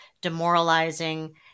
demoralizing